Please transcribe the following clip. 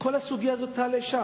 וכל הסוגיה הזאת תעלה שם.